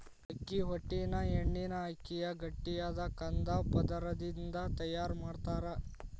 ಅಕ್ಕಿ ಹೊಟ್ಟಿನ ಎಣ್ಣಿನ ಅಕ್ಕಿಯ ಗಟ್ಟಿಯಾದ ಕಂದ ಪದರದಿಂದ ತಯಾರ್ ಮಾಡ್ತಾರ